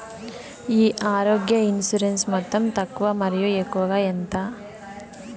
ఈ ఆరోగ్య ఇన్సూరెన్సు మొత్తం తక్కువ మరియు ఎక్కువగా ఎంత?